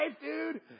dude